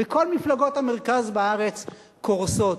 וכל מפלגות המרכז בארץ קורסות.